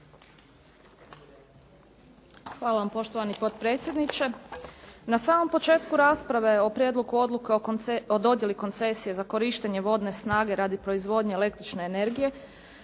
Hvala. Poštovani potpredsjedniče. Na samom početku rasprave o Prijedlogu odluke o dodjeli koncesije za korištenje vodne snage radi proizvodnje električne energije